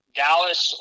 dallas